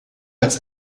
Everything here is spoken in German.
als